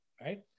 right